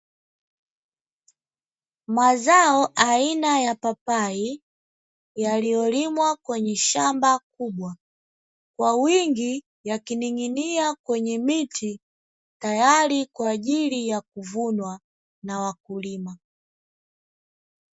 Mazao aina ya papai yaliyolimwa kwenye shamba kubwa kwa wingi, yakining'inia kwenye miti tayari kwaajili ya kuvunwa na wakulima.